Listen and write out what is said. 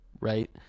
right